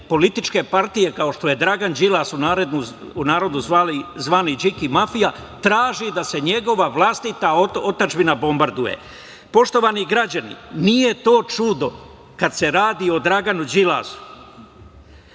političke partije, kao što je Dragan Đilas, u narodu zvani Điki mafija, traži da se njegova vlastita otadžbina bombarduje. Poštovani građani, nije to čudo kada se radi o Draganu Đilasu,